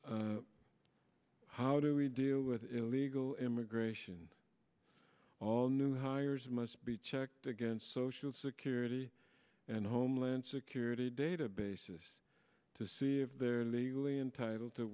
logical how do we deal with illegal immigration all new hires must be checked against social security and homeland security databases to see if there entitled to